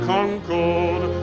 Concord